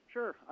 Sure